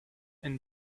and